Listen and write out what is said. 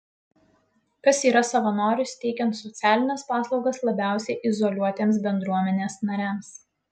kas yra savanoris teikiant socialines paslaugas labiausiai izoliuotiems bendruomenės nariams